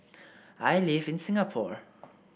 I live in Singapore